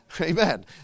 Amen